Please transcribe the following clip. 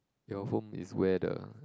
your home is where the